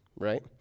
right